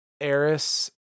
Eris